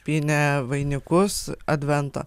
pynė vainikus advento